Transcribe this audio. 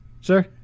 sir